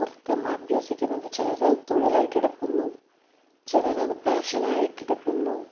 നൃത്തം അഭ്യസിക്കുന്നത് ചിലരത് തൊഴിലായിട്ട് എടുക്കുന്നു ചിലരത് പാഷനായിട്ട് എടുക്കുന്നു